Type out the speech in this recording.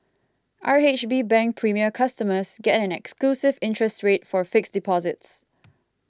R H B Bank Premier customers get an exclusive interest rate for fixed deposits